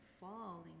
falling